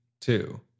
two